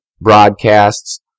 broadcasts